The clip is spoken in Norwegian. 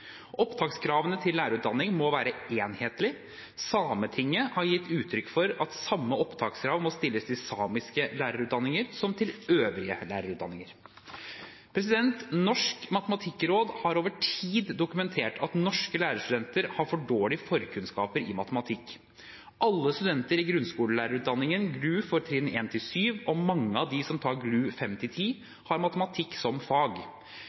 Opptakskravene til lærerutdanning må være enhetlige. Sametinget har gitt uttrykk for at samme opptakskrav må stilles til samiske lærerutdanninger som til øvrige lærerutdanninger. Norsk matematikkråd har over tid dokumentert at norske lærerstudenter har for dårlige forkunnskaper i matematikk. Alle studenter i grunnskolelærerutdanningen, GLU for trinn 1–7 og mange av dem som tar GLU 5–10, har matematikk som fag.